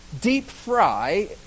deep-fry